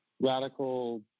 radical